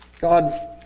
God